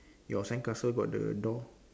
your sandcastle got the door